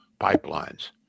pipelines